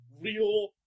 real